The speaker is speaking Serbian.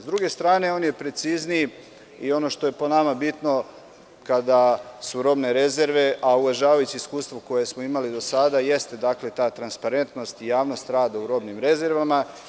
S druge strane, on je precizniji i ono što je po nama bitno, kada su u pitanju robne rezerve, a uvažavajući iskustvo koje smo imali do sada, jeste ta transparentnost i javnost rada u robnim rezervama.